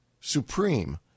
supreme